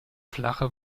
flache